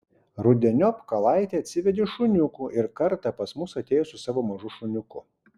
rudeniop kalaitė atsivedė šuniukų ir kartą pas mus atėjo su savo mažu šuniuku